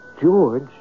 George